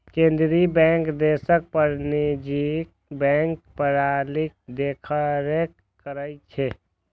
केंद्रीय बैंक देशक वाणिज्यिक बैंकिंग प्रणालीक देखरेख करै छै